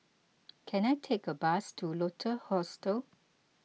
can I take a bus to Lotus Hostel